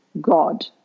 God